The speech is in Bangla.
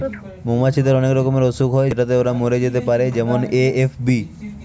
মৌমাছিদের অনেক রকমের অসুখ হয় যেটাতে ওরা মরে যেতে পারে যেমন এ.এফ.বি